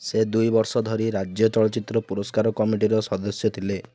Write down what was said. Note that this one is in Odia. ସେ ଦୁଇ ବର୍ଷ ଧରି ରାଜ୍ୟ ଚଳଚ୍ଚିତ୍ର ପୁରସ୍କାର କମିଟିର ସଦସ୍ୟ ଥିଲେ